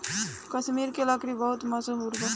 कश्मीर के लकड़ी बहुते मसहूर बा